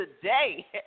Today